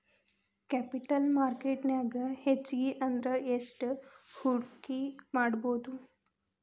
Capital market ನ್ಯಾಗ್ ಹೆಚ್ಗಿ ಅಂದ್ರ ಯೆಸ್ಟ್ ಹೂಡ್ಕಿಮಾಡ್ಬೊದು?